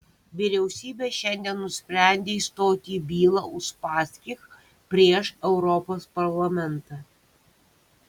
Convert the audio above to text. vyriausybė šiandien nusprendė įstoti į bylą uspaskich prieš europos parlamentą